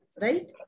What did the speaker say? right